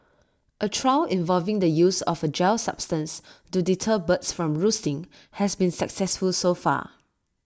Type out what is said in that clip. A trial involving the use of A gel substance to deter birds from roosting has been successful so far